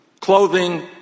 clothing